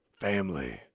family